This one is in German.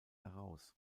heraus